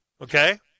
Okay